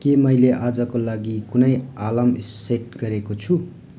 के मैले आजको लागि कुनै अलार्म सेट गरेको छु